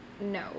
No